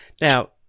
now